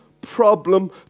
problem